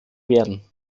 werden